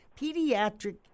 pediatric